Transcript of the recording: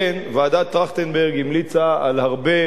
ועדת-טרכטנברג המליצה על הרבה מאוד